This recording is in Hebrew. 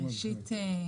ראשית,